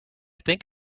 think